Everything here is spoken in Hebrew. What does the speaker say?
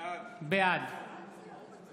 בעד עמיחי